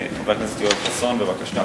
חוק ומשפט לוועדת הפנים והגנת הסביבה נתקבלה.